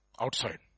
outside